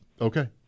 Okay